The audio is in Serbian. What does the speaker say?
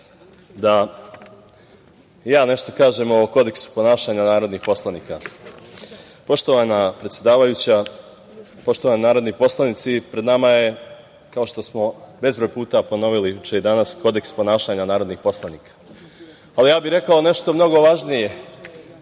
da ja nešto kažem o kodeksu ponašanja narodnih poslanika. Poštovana predsedavajuća, poštovani narodni poslanici, pred nama je, kao što smo bezbroj puta ponovili juče i danas, kodeks ponašanja narodnih poslanika. Ja bih rekao mnogo važnije.